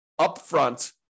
upfront